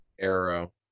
arrow